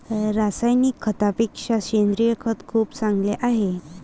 रासायनिक खतापेक्षा सेंद्रिय खत खूप चांगले आहे